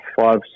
five